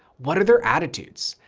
what are their attitudes?